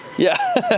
yeah,